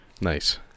Nice